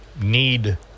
need